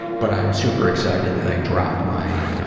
but i'm super excited that i dropped my,